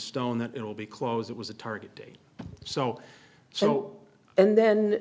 stone that it will be close it was a target date so so and then